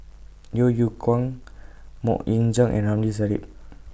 Yeo Yeow Kwang Mok Ying Jang and Ramli Sarip